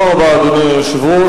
אדוני היושב-ראש,